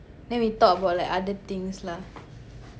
then we talk about like other things lah